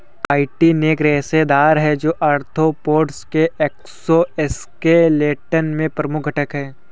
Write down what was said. chitin एक रेशेदार है, जो आर्थ्रोपोड्स के एक्सोस्केलेटन में प्रमुख घटक है